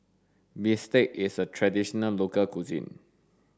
bistake is a traditional local cuisine